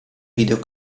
video